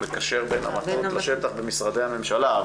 שמקשר בין המטות לשטח במשרדי הממשלה.